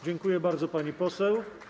Dziękuję bardzo, pani poseł.